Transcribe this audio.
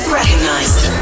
recognized